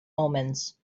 omens